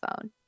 phone